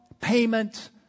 payment